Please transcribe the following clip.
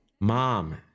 Mom